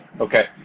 Okay